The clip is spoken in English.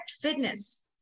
fitness